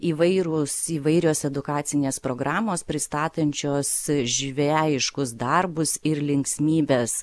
įvairūs įvairios edukacinės programos pristatančios žvejiškus darbus ir linksmybes